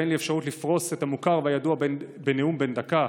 ואין לי אפשרות לפרוס את המוכר והידוע בנאום בן דקה,